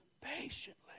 patiently